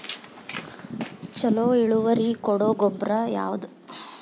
ಛಲೋ ಇಳುವರಿ ಕೊಡೊ ಗೊಬ್ಬರ ಯಾವ್ದ್?